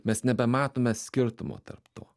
mes nebematome skirtumo tarp to